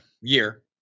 year